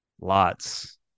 Lots